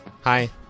Hi